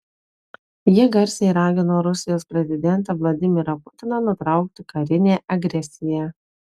jie garsiai ragino rusijos prezidentą vladimirą putiną nutraukti karinę agresiją